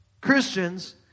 Christians